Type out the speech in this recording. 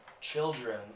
children